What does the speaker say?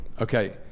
Okay